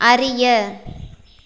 அறிய